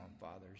father's